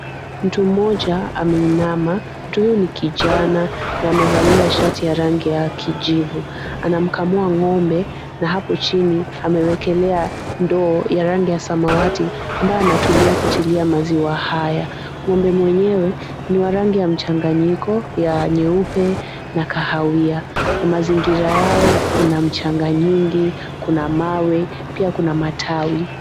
Mtu mmoja ameinama, mtu huyu ni kijana na amevalia shati la rangi ya kijivu. Anamkamua ng'ombe na hapo chini amewekelea ndio ya rangi ya samawati ambayo anatumia kutilia maziwa haya. Ng'ombe mwenyewe ni wa rangi ya mchanganyiko ya nyeupe na kahawia na mazingira yao kuna mchanga nyingi, kuna mawe, pia kuna matawi.